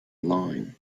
line